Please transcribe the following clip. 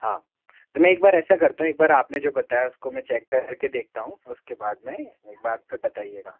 हाँ तो मैं एक बार ऐसा करता हूँ एक बार आपने जो बताया उसको मैं चेक कर के देखता हूँ उसके बाद मैं एक बार फिर बताइएगा